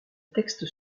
texte